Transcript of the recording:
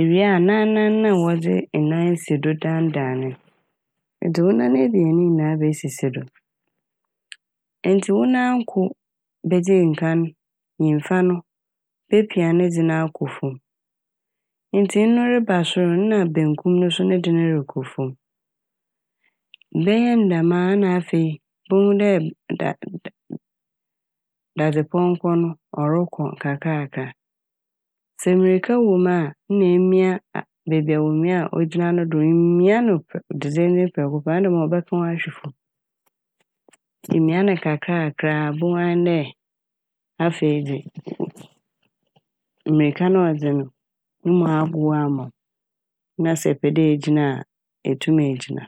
Iwie a n'anan na wɔdze enan si do daandaan ne n', edze wo nan ebien ne nyinaa besisi do. Edze wo nan wo kor bedzi nkan, nyimfa no epia ne dze no akɔ famu ntsi eno reba sor no nna bankum ne de no so rokɔ famu, bɛyɛ ne dɛm a na afei ibohu dɛ da- daadzepɔnkɔ no ɔrokɔ nkakrankra, sɛ mirka wɔ mu a nna emia aa- beebi a womia a ogyina no do. Imia no, prɛ- dedendeen prɛko pɛ ɔnnyɛ dɛm a ɔbɛka wo ahwe famu. Ntsi imia ne nkakrankra a ibohu ahe dɛ afei de mirka na ɔdze no mu agow ama wo na sɛ epɛ dɛ egyina a etum egyina.